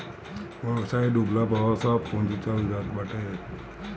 व्यवसाय डूबला पअ सब पूंजी चल जात बाटे